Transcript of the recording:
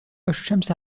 الشمس